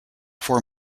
for